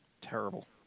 terrible